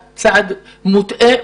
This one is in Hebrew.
יכסו גירעון תפעולי של קרוב ל-100 מיליון